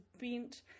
bent